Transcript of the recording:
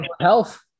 health